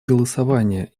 голосования